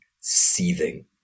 seething